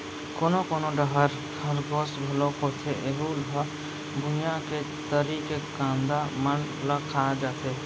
कोनो कोनो डहर खरगोस घलोक होथे ऐहूँ ह भुइंया के तरी के कांदा मन ल खा जाथे